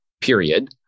period